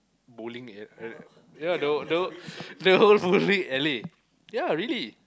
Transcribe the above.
bowling area area ya the the the whole bowling alley ya really